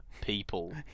people